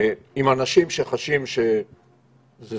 לאנשים שחשים שזאת